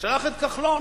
שלח את כחלון.